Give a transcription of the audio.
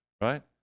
right